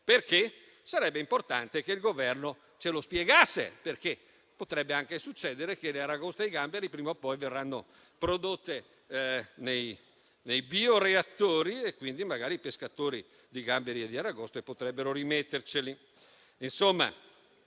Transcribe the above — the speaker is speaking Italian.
Perché? Sarebbe importante che il Governo ce lo spiegasse, perché potrebbe anche succedere che le aragoste e i gamberi prima o poi verranno prodotti nei bioreattori, per cui magari i pescatori di gamberi e di aragoste potrebbero rimetterci.